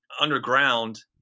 underground